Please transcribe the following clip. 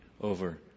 over